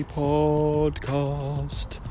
podcast